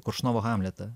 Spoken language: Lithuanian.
koršunovo hamletą